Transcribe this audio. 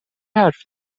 حرف